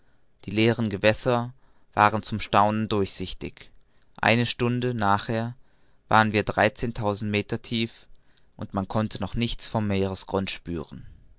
die leeren gewässer waren zum staunen durchsichtig eine stunde nachher waren wir dreizehntausend meter tief und man konnte noch nichts vom meeresgrund spüren